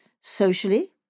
socially